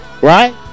right